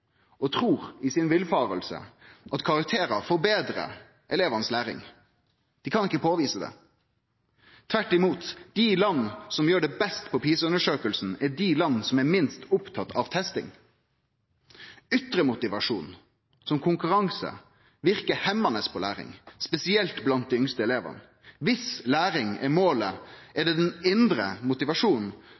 og trur i si villfaring at karakterar betrar elevanes læring. Dei kan ikkje påvise det. Tvert imot, dei landa som gjer det best i PISA-undersøkinga, er dei landa som er minst opptatt av testing. Ytre motivasjon, som konkurranse, verkar hemmande på læring – spesielt blant dei yngste elevane. Om læring er målet, er det den indre motivasjonen